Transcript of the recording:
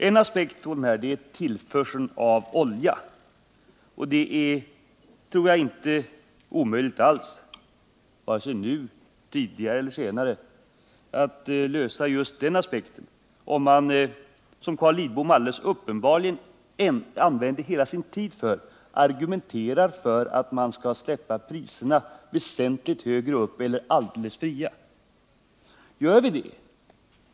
En aspekt på denna fråga är tillförseln av olja, och jag tror att det inte alls är omöjligt att vare sig nu eller senare lösa problemen när det gäller just den aspekten om man -— vilket Carl Lidbom uppenbarligen använde hela sin tid till att argumentera för — skulle låta priserna bli väsentligt högre eller släppa dem alldeles fria.